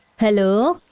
hello?